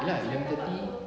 ye lah eleven thirty